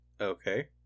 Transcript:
Okay